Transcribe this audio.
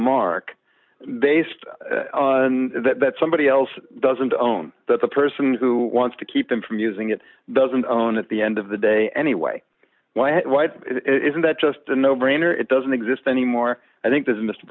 mark based on that somebody else doesn't own that the person who wants to keep them from using it doesn't own at the end of the day anyway why white it isn't that just a no brainer it doesn't exist anymore i think this